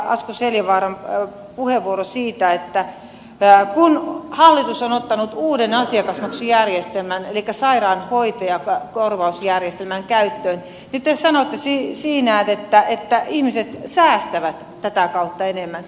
asko seljavaaran puheenvuoro siitä että kun hallitus on ottanut uuden asiakasmaksujärjestelmän elikkä sairaanhoitajakorvausjärjestelmän käyttöön niin te sanotte että ihmiset säästävät tätä kautta enemmän